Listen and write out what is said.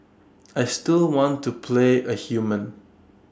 I still want to play A human